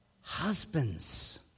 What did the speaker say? husbands